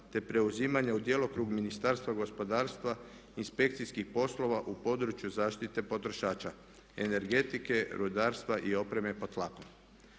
te preuzimanje u djelokrug Ministarstva gospodarstva, inspekcijskih poslova u području zaštite potrošača, energetike, rudarstva i opreme pod tlakom.